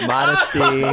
Modesty